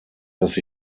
dass